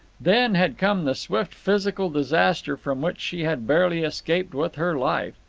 then had come the swift physical disaster from which she had barely escaped with her life.